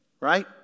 Right